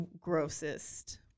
grossest